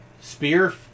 Spear